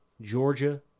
Georgia